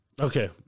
Okay